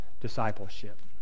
discipleship